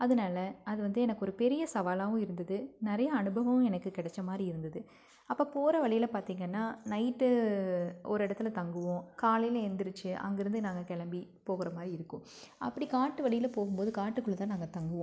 அதனால அது வந்து எனக்கு பெரிய சவாலாகவும் இருந்தது நிறையா அனுபவம் எனக்கு கிடச்ச மாதிரி இருந்துது அப்போ போகிற வழியில பார்த்திங்கனா நைட் ஒரு இடத்துல தங்குவோம் காலையில எந்திரிச்சு அங்கேருந்து நாங்கள் கிளம்பி போகிற மாதிரி இருக்கும் அப்படி காட்டு வழியில போகும் போது காட்டுக்குள்ள தான் நாங்கள் தங்குவோம்